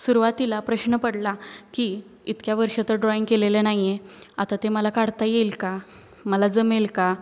सुरुवातीला प्रश्न पडला की इतक्या वर्षं आता ड्रॉईंग केलेलं नाही आहे आता ते मला काढता येईल का मला जमेल का